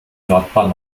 nordbahn